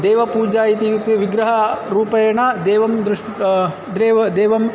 देवपूजा इति विति विग्रहरूपेण देवं दृष् देव देवम्